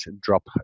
drop